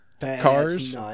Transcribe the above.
cars